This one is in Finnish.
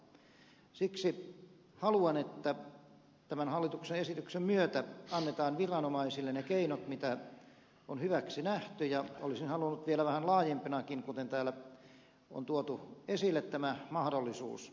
siksi haluan että tämän hallituksen esityksen myötä annetaan viranomaisille ne keinot mitä on hyväksi nähty ja olisin halunnut ne vielä vähän laajempinakin kuten täällä on tuotu esille tämä mahdollisuus